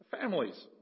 families